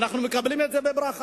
אנחנו מקבלים את זה בברכה,